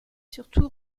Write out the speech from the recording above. surtout